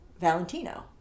Valentino